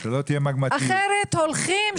אחרת הולכים,